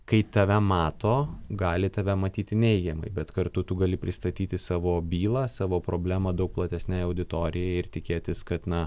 kai tave mato gali tave matyti neigiamai bet kartu tu gali pristatyti savo bylą savo problemą daug platesnei auditorijai ir tikėtis kad na